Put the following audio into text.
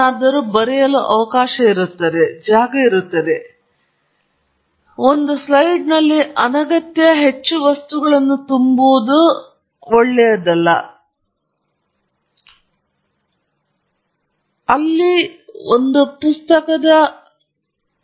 ಆದ್ದರಿಂದ ಉದಾಹರಣೆಗೆ ನಾನು ಇಲ್ಲಿ ತೋರಿಸುತ್ತಿರುವ ಅದೇ ಸ್ಲೈಡ್ ನಾಲ್ಕು ಅಥವಾ ಐದು ಸ್ಲೈಡ್ಗಳನ್ನು ಸುಲಭವಾಗಿ ಹೊಂದಬಹುದು ಪ್ರಾಯೋಗಿಕ ಸೆಟಪ್ನಲ್ಲಿ ಕೇವಲ ಒಂದು ಅಥವಾ ಎರಡು ಸ್ಲೈಡ್ಗಳು ಇರಬಹುದಾಗಿತ್ತು ಉತ್ಪಾದಿಸಿದ ಮಾದರಿಗಳ ಮೇಲೆ ಸ್ಲೈಡ್ ಆಗಿರಬಹುದು ನಿರೂಪಣೆಯ ಮೇಲೆ ಸ್ಲೈಡ್ ಮಾದರಿಗಳು ಎಲೆಕ್ಟ್ರಾನ್ ಸೂಕ್ಷ್ಮದರ್ಶಕ ಮಾದರಿ ಮತ್ತು ಸ್ಲೈಡ್ಗಳ ಮೇಲೆ ಒಂದೆರಡು ಯಾಂತ್ರಿಕ ಗುಣಲಕ್ಷಣಗಳಲ್ಲಿ ಒಂದಾದ ವಿದ್ಯುತ್ ಗುಣಲಕ್ಷಣಗಳಲ್ಲಿ ಒಂದಾಗಿದೆ